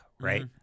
right